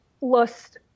lost